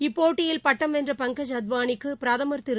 இப்போட்டியில் பட்டம் வென்றபங்கஜ் அத்வானிக்குபிரதமர் திரு